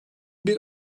bir